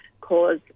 cause